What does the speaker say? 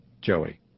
Joey